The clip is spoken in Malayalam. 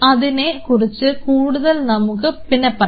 അതിനെ കുറിച്ച് കൂടുതൽ നമുക്ക് പിന്നെ പറയാം